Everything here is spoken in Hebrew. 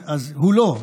אז הוא לא.